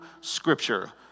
scripture